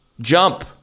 Jump